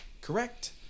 Correct